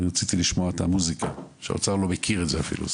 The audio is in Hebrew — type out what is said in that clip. אני רציתי לשמוע את המוזיקה שהאוצר לא מכיר את זה אפילו,